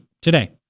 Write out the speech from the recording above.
today